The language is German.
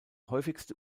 häufigste